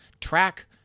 track